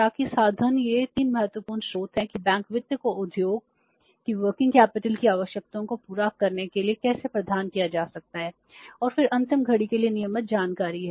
ताकि साधन ये 3 महत्वपूर्ण स्रोत हैं कि बैंक वित्त को उद्योग की वर्किंग कैपिटल की आवश्यकताओं को पूरा करने के लिए कैसे प्रदान किया जा सकता है और फिर अंतिम घड़ी के लिए नियमित जानकारी है